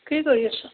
কি কৰি আছ